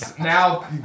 now